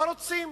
לא רוצים,